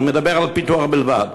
אני מדבר על פיתוח בלבד,